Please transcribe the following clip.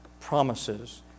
promises